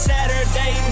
Saturday